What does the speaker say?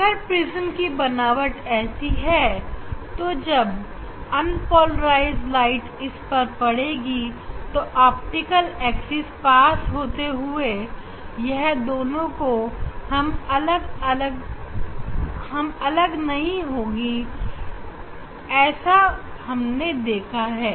अगर प्रिज्म की बनावट ऐसी है तो जब अन्पोलराइज ् लाइट इस पर पड़ेगी तो ऑप्टिकल एक्सिस पास होते हुए यह दोनों अलग नहीं होगी ऐसा हमने देखा है